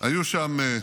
יאסר בדטוב היה שם,